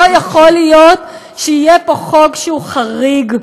לא יכול להיות שיהיה פה חוק שהוא חריג,